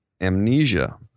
Amnesia